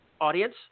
audience